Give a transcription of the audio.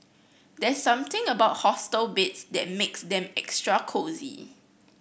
there's something about hostel beds that makes them extra cosy